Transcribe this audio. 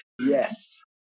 Yes